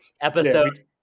episode